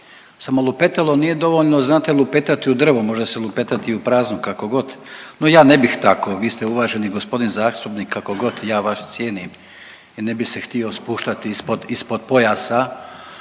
Samo lupetalo nije dovoljno, znate lupetati u drvo, može se lupetati i u prazno kako god. No ja ne bih tako, vi ste uvaženi gospodin zastupnik, kako god ja vas cijenim i ne bi se htio spuštati ispod,